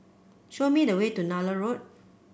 show me the way to Nallur Road